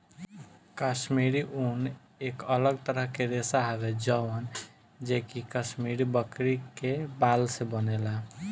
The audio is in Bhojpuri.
काश्मीरी ऊन एक अलग तरह के रेशा हवे जवन जे कि काश्मीरी बकरी के बाल से बनेला